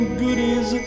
goodies